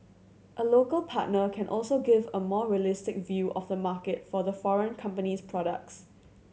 a local partner can also give a more realistic view of the market for the foreign company's products